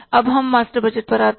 अब हम master budget पर आते हैं